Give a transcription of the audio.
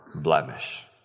blemish